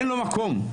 אין מקום,